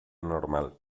normal